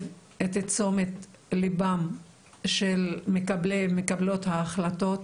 את תשומת ליבם של מקבלי ומקבלות ההחלטות